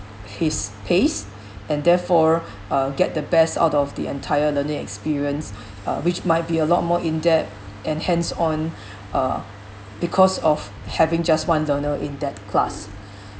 his pace and therefore uh get the best out of the entire learning experience uh which might be a lot more in-depth and hands-on uh because of having just one learner in that class